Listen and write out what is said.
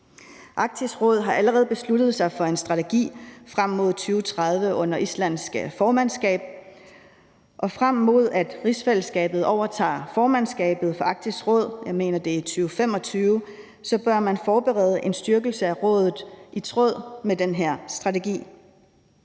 Arktisk Råd har allerede besluttet sig for en strategi frem mod 2030 under det islandske formandskab, og frem mod at rigsfællesskabet overtager formandskabet for Arktisk Råd – jeg mener, at det er i 2025 – bør man forberede en styrkelse af rådet i tråd med den her strategi.